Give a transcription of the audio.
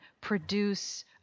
produce